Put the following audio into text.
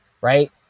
right